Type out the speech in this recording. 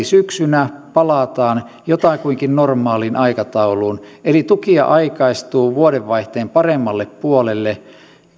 syksynä palataan jotakuinkin normaaliin aikatauluun eli tukia aikaistuu vuodenvaihteen paremmalle puolelle